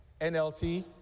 NLT